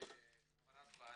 חברת הוועדה.